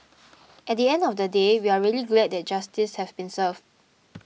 at the end of the day we are really glad that justice have been served